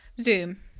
zoom